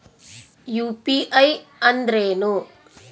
UPI ಅಂದ್ರೇನು?